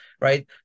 right